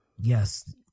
Yes